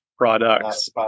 products